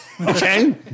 Okay